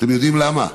אתם יודעים למה?